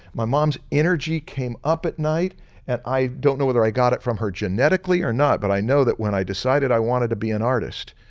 my mom's energy came up at night and i don't know whether i got it from her genetically or not, but i know that when i decided i wanted to be an artist,